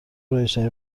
رایجترین